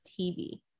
TV